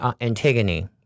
Antigone